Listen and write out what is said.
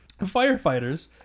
Firefighters